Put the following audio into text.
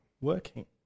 working